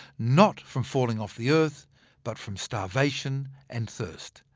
not from falling off the earth but from starvation and thirst.